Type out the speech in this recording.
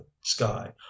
sky